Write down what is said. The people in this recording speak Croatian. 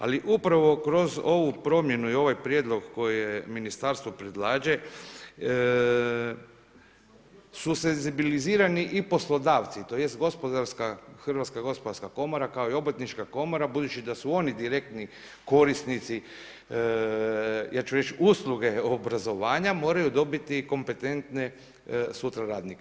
Ali upravo kroz ovu promjenu i ovaj prijedlog koje ministarstvo predlaže su senzibilizirani i poslodavci, tj gospodarska, Hrvatska gospodarska komora kao i Obrtnička komora budući da su oni direktni korisnici ja ću reći usluge obrazovanja moraju dobiti kompetentne sutra radnike.